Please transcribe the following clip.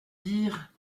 dire